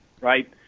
right